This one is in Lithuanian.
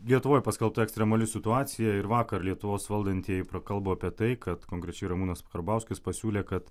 lietuvoj paskelbta ekstremali situacija ir vakar lietuvos valdantieji prakalbo apie tai kad konkrečiai ramūnas karbauskis pasiūlė kad